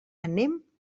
anem